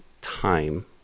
time